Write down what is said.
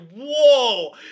Whoa